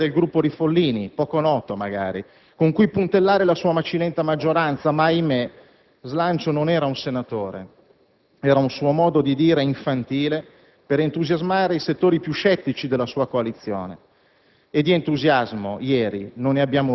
Pensavamo che questo «slancio» fosse un collega del Gruppo del senatore Follini, poco noto magari, con cui puntellare la sua macilenta maggioranza, ma - ahimè - «slancio» non era un senatore, era un suo modo di dire infantile per entusiasmare i settori più scettici della sua coalizione.